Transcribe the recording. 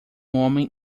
homem